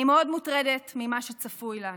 אני מאוד מוטרדת ממה שצפוי לנו,